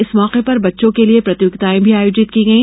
इस मौके पर बच्चों के लिए प्रतियोगिताए भी आयोजित की गई